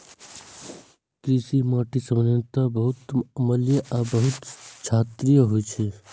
कृषि माटि सामान्यतः बहुत अम्लीय आ बहुत क्षारीय होइ छै